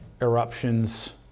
eruptions